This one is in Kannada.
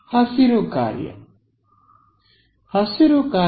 ವಿದ್ಯಾರ್ಥಿ ಹಸಿರು ಕಾರ್ಯ